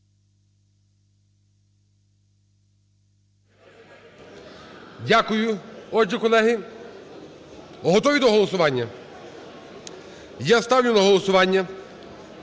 Дякую. Отже, колеги, готові до голосування? Я ставлю на голосування